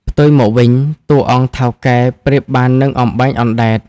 ផ្ទុយមកវិញ តួអង្គ ថៅកែ ប្រៀបបាននឹង "អំបែងអណ្ដែត"។